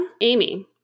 Amy